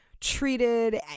treated